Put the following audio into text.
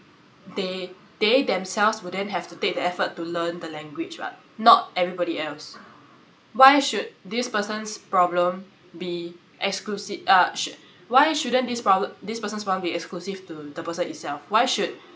they they themselves would then have to take the effort to learn the language what not everybody else why should this person's problem be exclusi~ uh sh~ why shouldn't this prob~ this person's problem be exclusive to the person itself why should